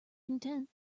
content